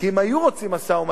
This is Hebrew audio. כי אם היו רוצים משא-ומתן